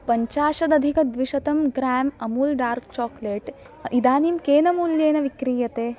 पञ्चाशत् अधिक द्विशतम् ग्राम् अमूल् डार्क् चोक्लेट् इदानीं केन मूल्येन विक्रीयते